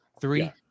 Three